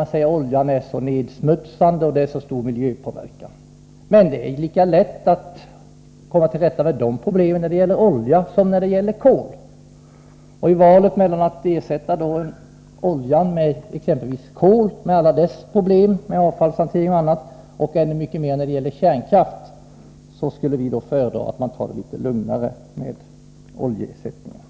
Man säger att oljan är så nedsmutsande och medför så stor miljöpåverkan. Men det är lika lätt att komma till rätta med de problemen när det gäller olja som när det gäller kol. Om man ersätter oljan med kol har man alla dess problem — avfallshantering och annat — och ännu större problem när det gäller kärnkraft. Då skulle vi föredra att man tar det litet lugnare med oljeersättningen.